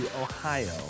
Ohio